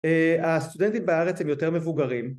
הסטודנטים בארץ הם יותר מבוגרים